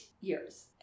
years